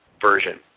version